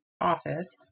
office